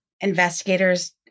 Investigators